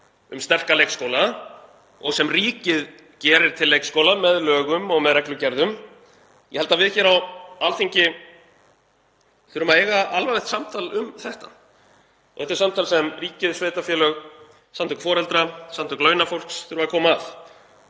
um sterka leikskóla og sem ríkið gerir til leikskóla með lögum og með reglugerðum — ég held að við hér á Alþingi þurfum að eiga alvarlegt samtal um þetta. Þetta er samtal sem ríki, sveitarfélög, samtök foreldra og samtök launafólks þurfa að koma að.